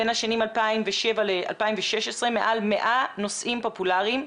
בין השנים 2007 ל-2016 מעל 100 נושאים פופולאריים,